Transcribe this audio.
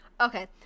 Okay